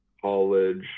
college